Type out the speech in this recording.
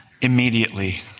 immediately